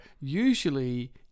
usually